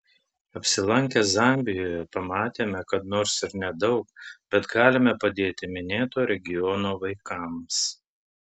apsilankę zambijoje pamatėme kad nors ir nedaug bet galime padėti minėto regiono vaikams